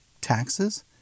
taxes